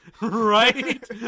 Right